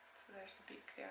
there's the beak there.